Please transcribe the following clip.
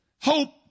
Hope